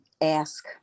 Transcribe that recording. ask